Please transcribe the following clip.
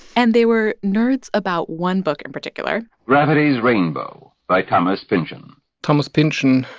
and they were nerds about one book in particular gravity's rainbow by thomas pynchon thomas pynchon,